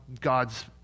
God's